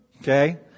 Okay